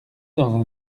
dans